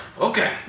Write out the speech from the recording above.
okay